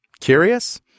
Curious